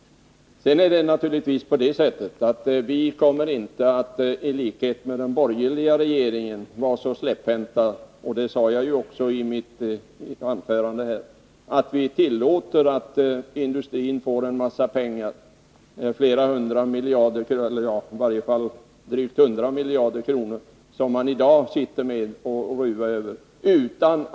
Socialdemokraterna kommer inte att vara så släpphänta som den borgerliga regeringen, vilket jag också framhöll i mitt tidigare anförande. Vi kommer inte att utan att ställa krav tillåta att industrin får drygt hundra miljarder kronor att sitta och ruva på.